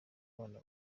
abana